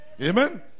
Amen